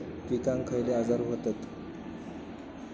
पिकांक खयले आजार व्हतत?